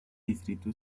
distrito